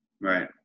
Right